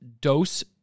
Dose